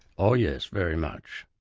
oh yes, very much.